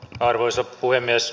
arvoisa puhemies